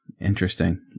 Interesting